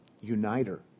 uniter